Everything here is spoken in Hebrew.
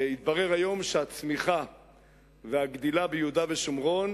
התברר היום שהצמיחה והגדילה ביהודה ושומרון